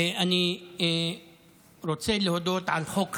אני רוצה להודות על חוק חשוב,